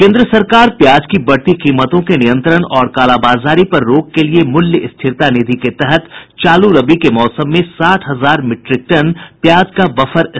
केन्द्र सरकार प्याज की बढ़ती कीमतों के नियंत्रण और कालाबाजारी पर रोक के लिए मूल्य स्थिरता निधि के तहत चालू रबी के मौसम में साठ हजार मीट्रिक टन प्याज का बफर स्टॉक बनाएगी